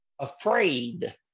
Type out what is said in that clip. afraid